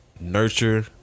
Nurture